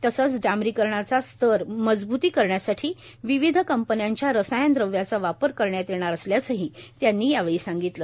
तसेच डांबरीकरणाचा स्तर मजब्ती करण्यासाठी विविध कंपन्यांच्या रसायन द्रव्याचा वापर करण्यात येणार असल्याचेही यावेळी त्यांनी सांगितले